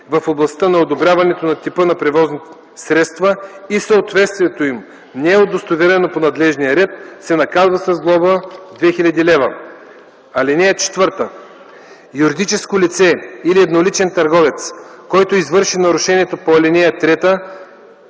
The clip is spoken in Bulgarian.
в областта на одобряването на типа на превозни средства и съответствието им не е удостоверено по надлежния ред, се наказва с глоба 2 хил. лв. (4) На юридическо лице или едноличен търговец, който извърши нарушението по ал. 3,